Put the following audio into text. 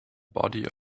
body